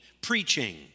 preaching